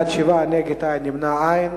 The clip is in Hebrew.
בעד, 7, אין נגד, אין נמנעים.